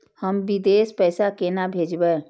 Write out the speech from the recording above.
हम विदेश पैसा केना भेजबे?